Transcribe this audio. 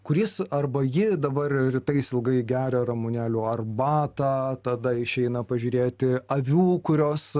kuris arba ji dabar rytais ilgai geria ramunėlių arbatą tada išeina pažiūrėti avių kurios